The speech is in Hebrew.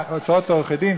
והוצאות עורכי-דין?